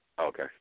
Okay